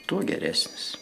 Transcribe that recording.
tuo geresnis